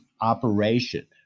operation